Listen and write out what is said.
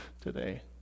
today